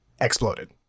exploded